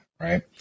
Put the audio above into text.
right